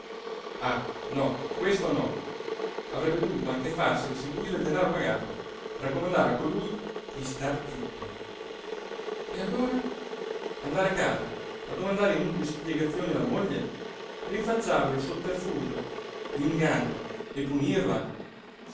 ah no questo no avrebbe dovuto anche farsi restituire il danaro pagato raccomandare a colui di star zitto e allora andare a casa a domandare inutili spiegazioni alla moglie rinfacciarle il sotterfugio l'inganno e punirla